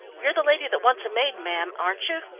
you're the lady that wants a maid, ma'am, aren't you?